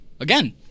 Again